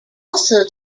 also